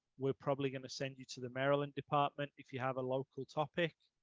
we're probably going to send you to the maryland department, if you have a local topic.